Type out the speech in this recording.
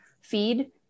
feed